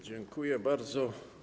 Dziękuję bardzo.